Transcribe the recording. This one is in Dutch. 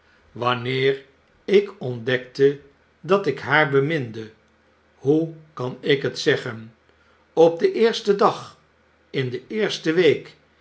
wanneer ik ontdekte dat ik haar beminde hoe kan ik het zeggen op den eersten dag in de eerste week